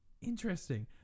Interesting